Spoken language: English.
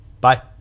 Bye